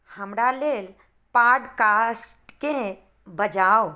हमरा लेल पॉडकास्टकेँ बजाउ